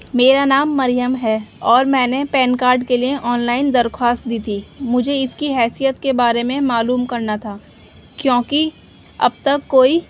میرا نام مریم ہے اور میں نے پین کارڈ کے لیے آنلائن درخواست دی تھی مجھے اس کی حیثیت کے بارے میں معلوم کرنا تھا کیونکہ اب تک کوئی